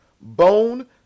bone